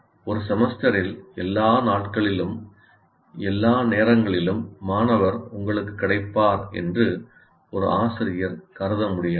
ஒரு செமஸ்டரில் எல்லா நாட்களிலும் எல்லா நேரங்களிலும் மாணவர் உங்களுக்கு கிடைப்பார் என்று ஒரு ஆசிரியர் கருத முடியாது